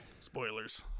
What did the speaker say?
Spoilers